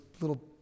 little